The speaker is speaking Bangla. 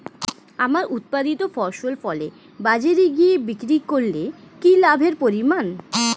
আমার উৎপাদিত ফসল ফলে বাজারে গিয়ে বিক্রি করলে কি লাভের পরিমাণ?